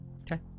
okay